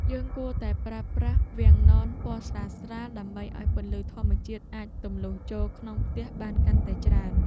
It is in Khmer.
យើងគួរតែប្រើប្រាស់វាំងននពណ៌ស្រាលៗដើម្បីឱ្យពន្លឺធម្មជាតិអាចទម្លុះចូលក្នុងផ្ទះបានកាន់តែច្រើន។